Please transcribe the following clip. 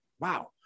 wow